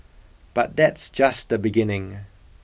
but that's just the beginning